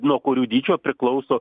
nuo kurių dydžio priklauso